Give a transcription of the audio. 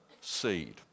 seed